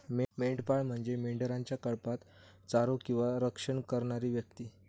मेंढपाळ म्हणजे मेंढरांच्या कळपाक चारो किंवा रक्षण करणारी व्यक्ती